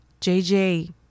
JJ